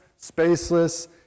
spaceless